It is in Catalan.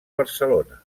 barcelona